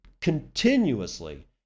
continuously